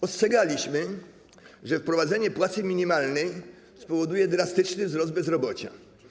Ostrzegaliśmy, że wprowadzenie płacy minimalnej spowoduje drastyczny wzrost bezrobocia.